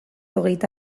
hogeita